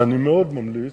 ואני מאוד ממליץ,